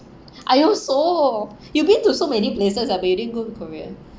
I also you've been to so many places ah but you didn't go korea